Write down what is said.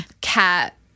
cat